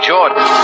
Jordan